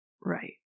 Right